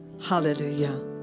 Hallelujah